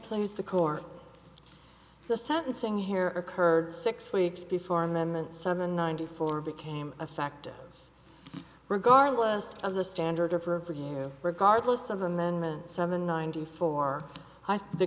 closed the core of the sentencing here occurred six weeks before and then the seven ninety four became effective regardless of the standard or for you regardless of amendments seven ninety four the